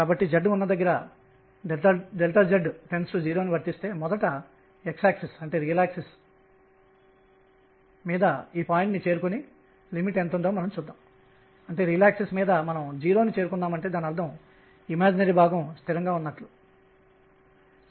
కాబట్టి వృత్తాకార కక్ష్యకు L1 యాంగులర్ మొమెంటం కోణీయ ద్రవ్యవేగం ఉంది మరియు దీర్ఘవృత్తాకారానికి L2 ఉంది